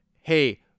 hey